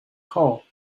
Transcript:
hole